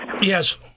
Yes